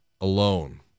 alone